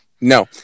No